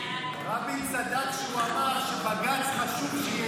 רבין צדק כשהוא אמר שבג"ץ, חשוב שידע את מגבלותיו.